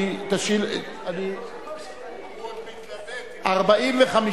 הוא עוד מתלבט, סעיף 3, כהצעת הוועדה, נתקבל.